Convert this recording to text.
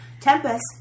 Tempest